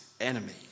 enemy